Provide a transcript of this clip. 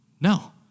No